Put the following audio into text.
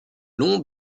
long